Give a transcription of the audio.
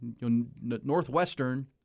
Northwestern